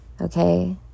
okay